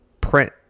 print